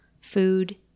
Food